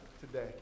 today